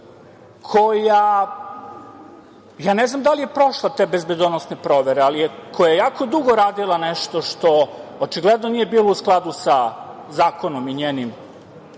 koja, ja ne znam da li je prošla te bezbedonosne provere, ali koja je jako dugo radila nešto što očigledno nije bilo u skladu sa zakonom i njenim